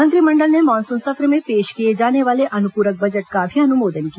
मंत्रिमंडल ने मानसून सत्र में पेश किए जाने वाले अनुपूरक बजट का भी अनुमोदन किया